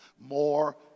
More